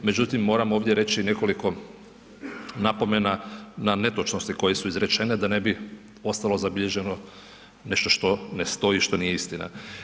Međutim, moram ovdje reći nekoliko napomena na netočnosti koje su izrečene da ne bi ostalo zabilježeno nešto što ne stoji i što nije istina.